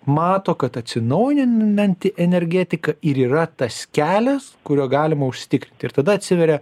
mato kad atsinaujinanti energetika ir yra tas kelias kuriuo galima užsitikrinti ir tada atsiveria